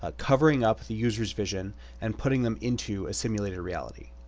ah covering up the user's vision and putting them into a simulated reality.